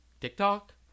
TikTok